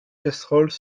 casseroles